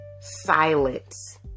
silence